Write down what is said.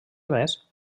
més